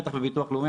בטח בביטוח לאומי,